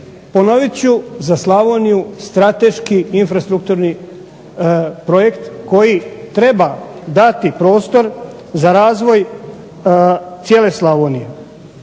ponovit ću za Slavoniju strateški infrastrukturni projekt koji treba dati prostor za razvoj cijele Slavonije,